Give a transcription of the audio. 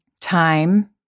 time